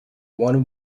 one